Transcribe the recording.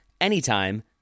anytime